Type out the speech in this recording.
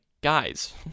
guys